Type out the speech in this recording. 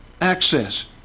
access